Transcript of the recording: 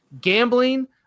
gambling